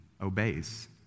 obeys